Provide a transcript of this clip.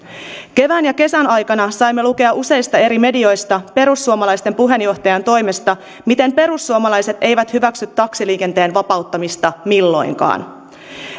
kevään ja kesän aikana saimme lukea useista eri medioista perussuomalaisten puheenjohtajan puheista miten perussuomalaiset eivät hyväksy taksiliikenteen vapauttamista milloinkaan